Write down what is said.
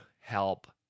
help